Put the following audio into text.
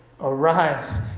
arise